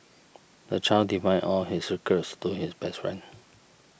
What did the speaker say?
the child divine all his secrets to his best friend